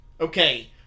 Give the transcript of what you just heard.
okay